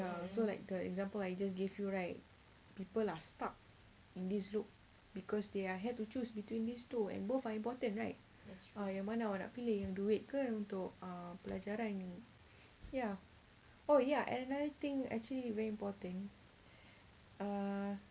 ya so like the example I just gave you right people are stuck in this loop because they ah have to choose between these two and both are important right ah yang mana awak nak pilih yang duit ke untuk pelajaran ya oh ya another thing actually very important uh